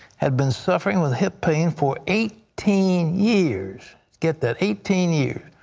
had been suffering with hip pain for eighteen years. get that, eighteen years.